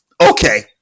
Okay